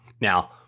Now